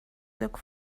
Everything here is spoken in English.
look